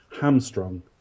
hamstrung